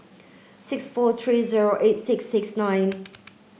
six four three zero eight six six nine